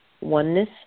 Oneness